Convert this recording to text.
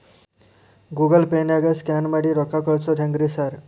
Google ಪೇನಾಗ scan ಮಾಡಿ ರೊಕ್ಕಾ ಕಳ್ಸೊದು ಹೆಂಗ್ರಿ ಸಾರ್?